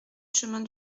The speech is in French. chemin